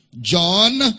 John